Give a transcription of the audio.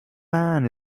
man